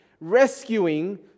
rescuing